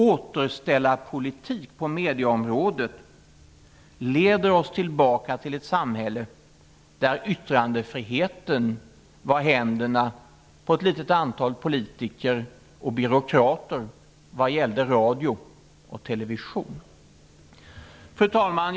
Återställarpolitiken på mediaområdet leder oss tillbaka till ett samhälle där yttrandefriheten var i händerna på ett litet antal politiker och byråkrater vad gällde radio och television. Fru talman!